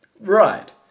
Right